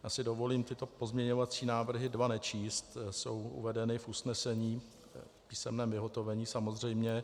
Já si dovolím tyto dva pozměňovací návrhy nečíst, jsou uvedeny v usnesení v písemném vyhotovení, samozřejmě.